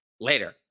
later